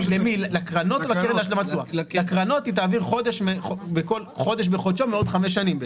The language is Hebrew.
לקרנות היא תעביר חודש בחודשו מעוד חמש שנים.